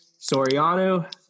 Soriano